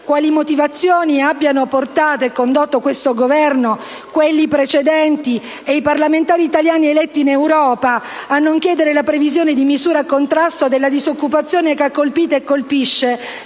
quali motivazioni abbiano condotto questo Governo, quelli precedenti e i parlamentari italiani eletti in Europa a non chiedere la previsione di misure a contrasto della disoccupazione che ha colpito e colpisce